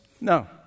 No